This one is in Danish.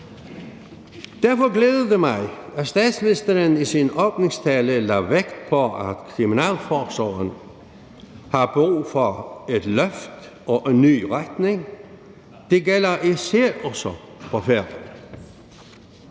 Derfor glæder det mig, at statsministeren i sin åbningstale lagde vægt på, at kriminalforsorgen har brug for et løft og en ny retning. Det gælder især også for Færøerne.